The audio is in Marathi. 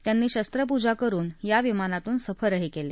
त्यांनी शस्त्रपूजा करुन या विमानातून सफर कळी